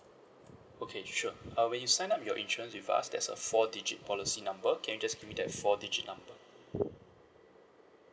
okay sure uh when you sign up your insurance with us there's a four digit policy number can you just give me that four digit number